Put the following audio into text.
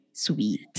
Sweet